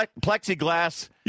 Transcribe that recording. plexiglass